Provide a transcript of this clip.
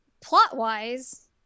plot-wise